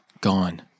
Gone